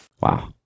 Wow